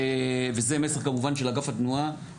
וזה מסר כמובן של אגף התנועה,